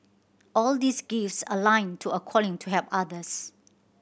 all these gifts aligned to a calling to help others